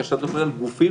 כאשר --- גופים,